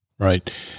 Right